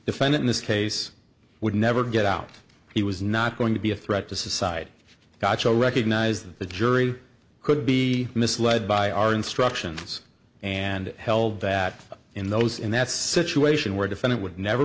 defendant in this case would never get out he was not going to be a threat to society gottschall recognize that the jury could be misled by our instructions and held that in those in that situation where defendant would never